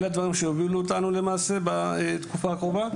אלה הדברים שיובילו אותנו למעשה בתקופה הקרובה,